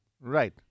Right